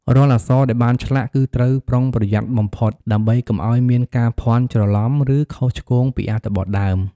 រាល់អក្សរដែលបានឆ្លាក់ គឺត្រូវប្រុងប្រយ័ត្នបំផុតដើម្បីកុំឱ្យមានការភាន់ច្រឡំ ឬខុសឆ្គងពីអត្ថបទដើម។